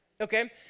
okay